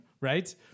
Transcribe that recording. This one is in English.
right